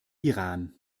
iran